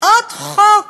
עוד חוק